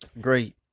Great